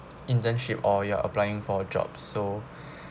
internship or you are applying for a job so